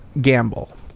gamble